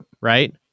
right